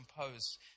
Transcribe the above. compose